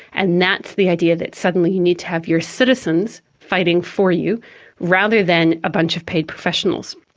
and that's the idea that suddenly you need to have your citizens fighting for you rather than a bunch of paid professionals.